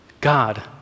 God